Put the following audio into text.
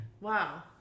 Wow